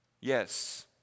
Yes